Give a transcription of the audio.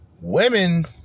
Women